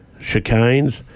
chicanes